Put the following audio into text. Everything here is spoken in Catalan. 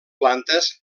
plantes